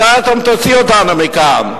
מתי אתם תוציאו אותנו מכאן?